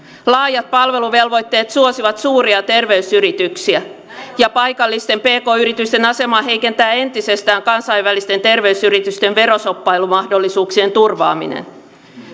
laajat palveluvelvoitteet suosivat suuria terveysyrityksiä ja paikallisten pk yritysten asemaa heikentää entisestään kansainvälisten terveysyritysten veroshoppailumahdollisuuksien turvaaminen